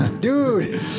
Dude